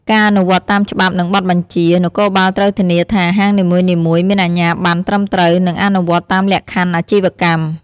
ការអនុវត្តតាមច្បាប់ និងបទបញ្ជា នគរបាលត្រូវធានាថា ហាងនីមួយៗមានអាជ្ញាបណ្ណត្រឹមត្រូវ និងអនុវត្តតាមលក្ខខណ្ឌអាជីវកម្ម។